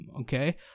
okay